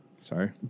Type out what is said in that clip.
sorry